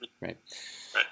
right